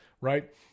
right